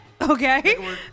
okay